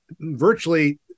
virtually